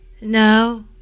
No